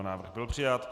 Návrh byl přijat.